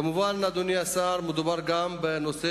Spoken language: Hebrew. כמובן, אדוני השר, מדובר גם בנושא